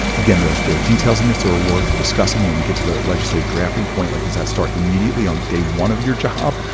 again, there there are details in this that are worth discussing when we get to the legislative drafting point, like does that start immediately on day one of your job?